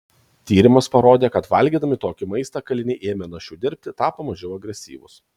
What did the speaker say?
tyrimas parodė kad valgydami tokį maistą kaliniai ėmė našiau dirbti tapo mažiau agresyvūs